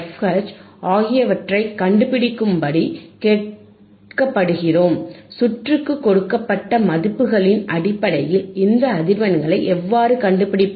H ஆகியவற்றைக் கண்டுபிடிக்கும்படி கேட்கப்படுகிறோம் சுற்றுக்கு கொடுக்கப்பட்ட மதிப்புகளின் அடிப்படையில் இந்த அதிர்வெண்களை எவ்வாறு கண்டுபிடிப்பது